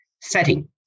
setting